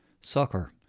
Soccer